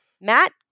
Matt